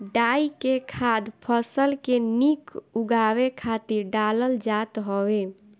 डाई के खाद फसल के निक उगावे खातिर डालल जात हवे